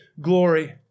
glory